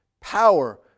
Power